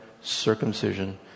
circumcision